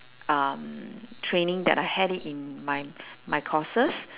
um training that I had it in my my courses